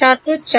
ছাত্র 4